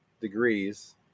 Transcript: degrees